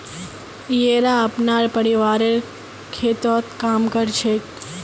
येरा अपनार परिवारेर खेततत् काम कर छेक